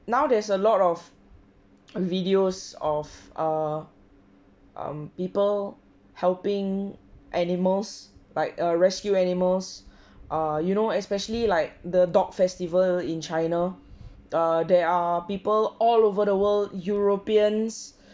now there's a lot of videos of err um people helping animals like err rescue animals uh you know especially like the dog festival in china there are people all over the world europeans